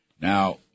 Now